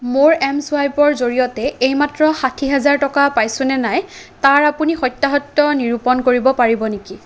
মোৰ এম ছোৱাইপৰ জৰিয়তে এইমাত্ৰ ষাঠি হাজাৰ টকা পাইছোঁ নে নাই তাৰ আপুনি সত্যাসত্য নিৰূপণ কৰিব পাৰিব নেকি